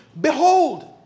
behold